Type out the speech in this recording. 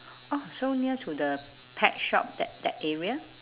oh so near to the pet shop that that area